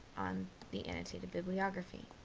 on the annotated bibliography.